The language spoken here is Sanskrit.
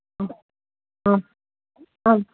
हा हा आम्